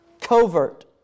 covert